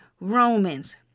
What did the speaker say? Romans